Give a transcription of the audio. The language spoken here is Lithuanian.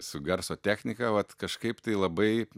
su garso technika vat kažkaip tai labai